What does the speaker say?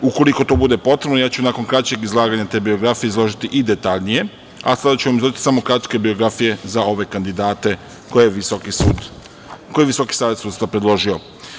Ukoliko to bude potrebno, ja ću nakon kraćeg izlaganja te biografije izložiti i detaljnije, a sada ću vam izneti samo kratke biografije za ove kandidate koje je Visoki savet sudstva predložio.